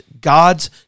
God's